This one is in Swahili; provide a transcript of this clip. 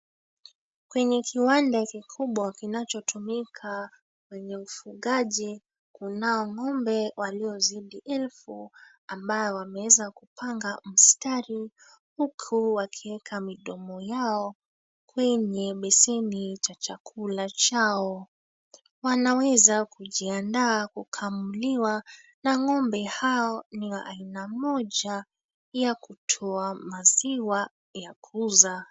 Kwenye kiwanda kikubwa kinachotumika kwenye ufugaji kunao ng'ombe waliozidi elfu ambao wameweza kupanga mstari huku wakiweka midomo yao kwenye beseni cha chakula chao. Wanaweza kujiandaa kukamuliwa na ng'ombe hao ni wa aina moja ya kutoa maziwa ya kuuza.